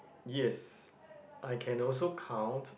yes I can also count